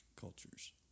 cultures